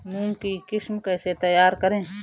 मूंग की किस्म कैसे तैयार करें?